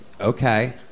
Okay